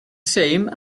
same